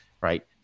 right